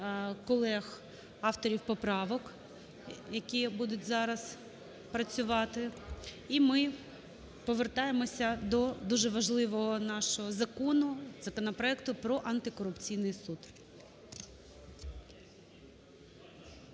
колег – авторів поправок, які будуть зараз працювати. І ми повертаємось до дуже важливого нашого закону, законопроекту про антикорупційний суд.